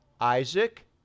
Isaac